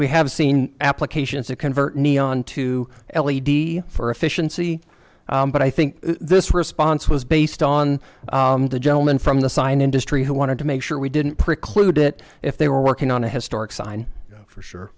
we have seen applications to convert neon to l e d for efficiency but i think this response was based on the gentleman from the sign industry who wanted to make sure we didn't preclude it if they were working on a historic sign for sure